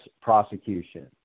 prosecution